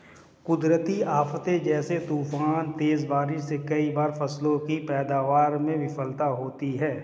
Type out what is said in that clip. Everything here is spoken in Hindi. कुदरती आफ़ते जैसे तूफान, तेज बारिश से कई बार फसलों की पैदावार में विफलता होती है